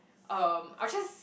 um I'll just